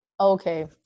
Okay